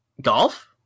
Golf